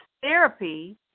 therapy